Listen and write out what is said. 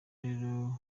rero